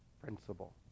principle